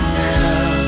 now